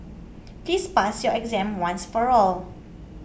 please pass your exam once for all